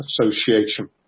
Association